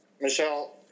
Michelle